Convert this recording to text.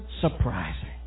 surprising